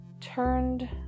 turned